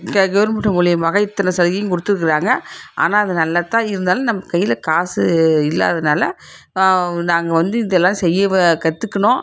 க கவர்மெண்ட்டு மூலயமாக இத்தனை சலுகையும் கொடுத்துருக்குறாங்க ஆனால் அது நல்லதுதான் இருந்தாலும் நம்ம கையில் காசு இல்லாததினால நாங்கள் வந்து இதெல்லாம் செய்ய கற்றுக்கணும்